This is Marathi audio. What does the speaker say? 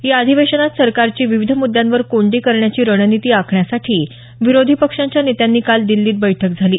या अधिवेशनात सरकारची विविध मुद्यांवर कोंडी करण्याची रणनीती आखण्यासाठी विरोधी पक्षांच्या नेत्यांची काल दिल्लीत बैठक झाली